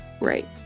Right